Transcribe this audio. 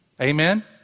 amen